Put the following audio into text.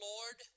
Lord